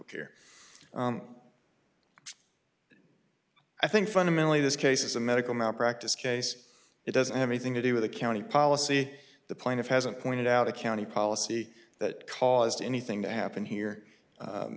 care i think fundamentally this case is a medical malpractise case it doesn't have anything to do with the county policy the plaintiff hasn't pointed out a county policy that caused anything to happen here